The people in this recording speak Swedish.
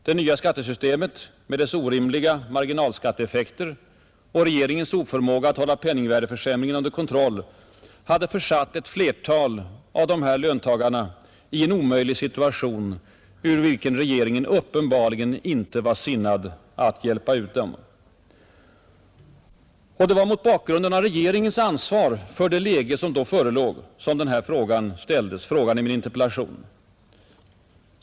Det nya skattesystemet med dess orimliga marginalskatteeffekter och regeringens oförmåga att hålla penningvärdeförsämringen under kontroll hade försatt ett flertal av de berörda löntagarna i en omöjlig situation, ur vilken regeringen uppenbarligen icke var sinnad att hjälpa dem. Det var mot bakgrunden av regeringens ansvar för det läge som då förelåg som frågan i min interpellation ställdes.